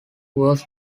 was